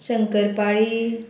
शंकरपाळी